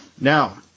Now